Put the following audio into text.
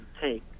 take